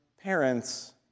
parents